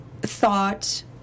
thought